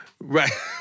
Right